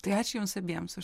tai ačiū jums abiems už